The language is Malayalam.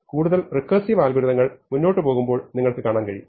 കൂടുതൽ റെക്കേർസിവ് അൽഗോരിതങ്ങൾ മുന്നോട്ട് പോകുമ്പോൾ നിങ്ങൾ കാണും